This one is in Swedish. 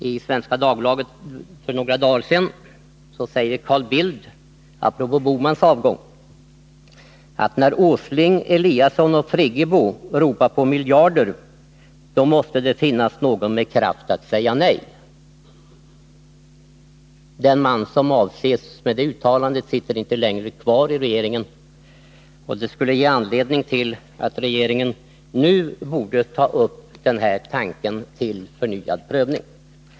I Svenska Dagbladet skrev Carl Bildt för några dagar sedan apropå Gösta Bohmans avgång: ”När Åsling, Eliasson och Friggebo ropar på miljarder måste det finnas någon med kraft att säga nej.” Den man som avses med uttalandet sitter inte längre kvar i regeringen, och det borde ge regeringen anledning att nu ta upp denna tanke till förnyad prövning.